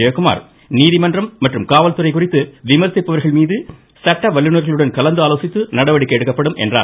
ஜெயக்குமார் நீதிமன்றம் மற்றும் காவல்துறை குறித்து விமர்சிப்பவர்கள்மீது சட்ட வல்லுநர்களுடன் கலந்து ஆலோசித்து நடவடிக்கை எடுக்கப்படும் என்றார்